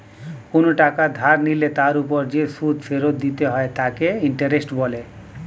কোনো টাকা ধার নিলে তার উপর যে সুদ ফেরত দিতে হয় তাকে ইন্টারেস্ট বলে